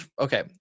Okay